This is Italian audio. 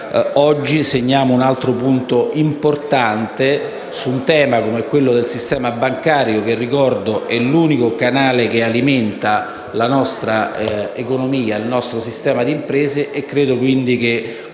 oggi compiamo un altro passo importante su un tema come quello del sistema bancario che - ricordo - è l'unico canale che alimenta la nostra economia, il nostro sistema di imprese. Segniamo